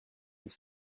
vous